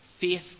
Faith